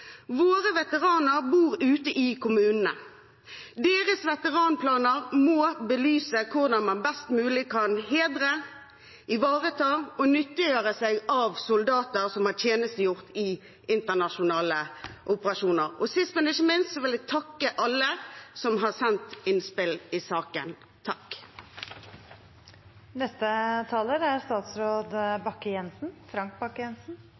Våre veteraner bor ute i kommunene. Deres veteranplaner må belyse hvordan man best mulig kan hedre, ivareta og nyttiggjøre seg av soldater som har tjenestegjort i internasjonale operasjoner. Og sist, men ikke minst, vil jeg takke alle som har sendt innspill i saken.